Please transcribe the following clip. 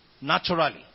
naturally